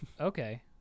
Okay